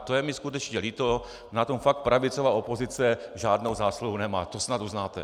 To je mi skutečně líto, na tom fakt pravicová opozice žádnou zásluhu nemá, to snad uznáte.